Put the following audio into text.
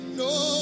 no